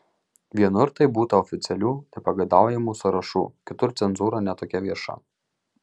vienur tai būta oficialių nepageidaujamųjų sąrašų kitur cenzūra ne tokia vieša